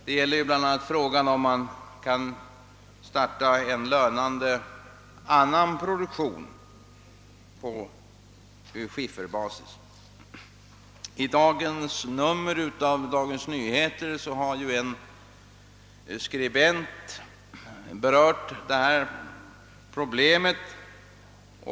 Det gäller bl.a. frågan om man kan starta en an nan lönande produktion på skifferbasis. I dagens nummer av Dagens Nyheter har en skribent berört detta problem.